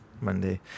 Monday